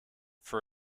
for